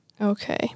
Okay